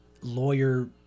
lawyer